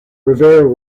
rivera